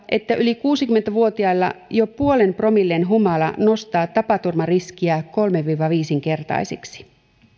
että yli kuusikymmentä vuotiailla jo puolen promillen humala nostaa tapaturmariskiä kolme viiva viisi kertaiseksi